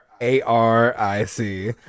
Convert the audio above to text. a-r-i-c